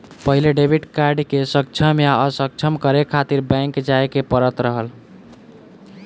पहिले debit card के सक्षम या असक्षम करे खातिर बैंक जाए के पड़त रहल